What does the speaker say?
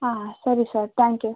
ಹಾಂ ಹಾಂ ಸರಿ ಸರ್ ಥ್ಯಾಂಕ್ ಯು